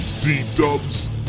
D-dubs